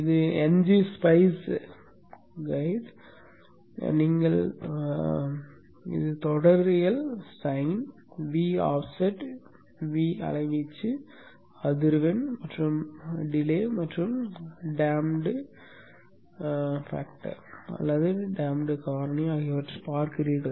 இது n g spice கையேடு நீங்கள் பொது தொடரியல் சைன் V ஆஃப்செட் V அலைவீச்சு அதிர்வெண் தாமதம் மற்றும் டேம்டு காரணி ஆகியவற்றைப் பார்க்கிறீர்கள்